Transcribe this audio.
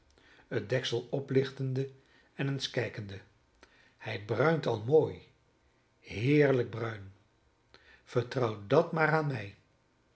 het deksel oplichtende en eens kijkende hij bruint al mooi heerlijk bruin vertrouw dat maar aan mij